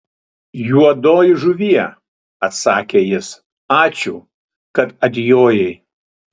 juodoji žuvie atsakė jis ačiū kad atjojai